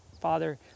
Father